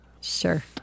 Sure